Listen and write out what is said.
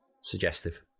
suggestive